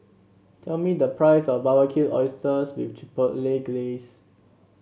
tell me the price of Barbecued Oysters with Chipotle Glaze